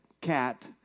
cat